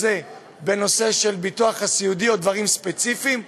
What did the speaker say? זה בנושא הביטוח הסיעודי או בדברים ספציפיים,